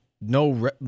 no